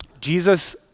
Jesus